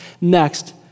next